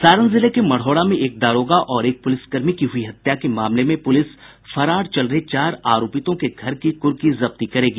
सारण जिले के मढ़ौरा में एक दारोगा और एक पुलिसकर्मी की हुई हत्या के मामले में पुलिस फरार चल रहे चार आरोपितों के घर की कुर्की जब्ती करेगी